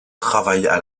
travaillaient